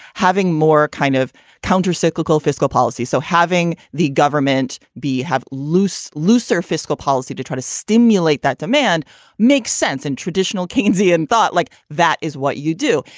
having more kind of countercyclical fiscal policy, so having the government be have loose, looser fiscal policy to try to stimulate that demand makes sense in traditional keynesian thought like that is what you do.